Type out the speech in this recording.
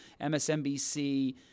MSNBC